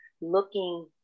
looking